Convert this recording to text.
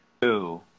two